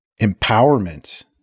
empowerment